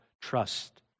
trust